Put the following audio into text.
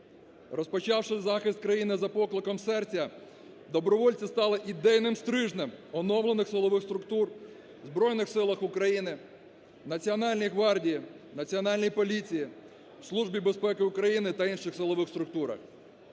Розпочавши захист країни за покликом серця, добровольці стали ідейним стрижнем оновлених силових структур в Збройних Силах України, Національній гвардії, Національній поліції, Службі безпеці України та інших силових структурах.